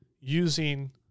using